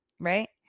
right